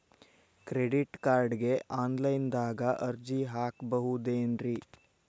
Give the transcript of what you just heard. Credit ಕಾರ್ಡ್ಗೆ online ದಾಗ ಅರ್ಜಿ ಹಾಕ್ಬಹುದೇನ್ರಿ?